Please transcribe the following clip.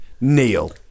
Neil